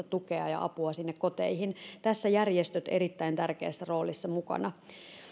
tukea ja apua sinne koteihin tässä ovat järjestöt erittäin tärkeässä roolissa mukana